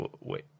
wait